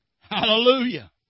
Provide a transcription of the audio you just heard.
Hallelujah